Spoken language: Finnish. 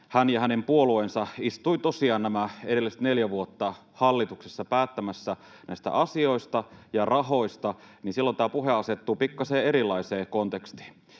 hän ja hänen puolueensa istuivat tosiaan edelliset neljä vuotta hallituksessa päättämässä näistä asioista ja rahoista, niin silloin tämä puhe asettuu pikkasen erilaiseen kontekstiin.